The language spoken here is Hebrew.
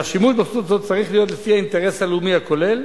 והשימוש בזכות הזו צריך להיות לפי האינטרס הלאומי הכולל,